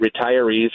retirees